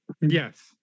Yes